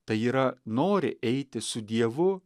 tai yra nori eiti su dievu